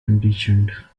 conditioned